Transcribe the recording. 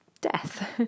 death